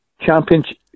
championship